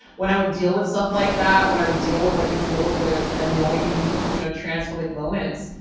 when i would deal with stuff like that, when i would deal with like these little sort of annoying you know transphobic moments,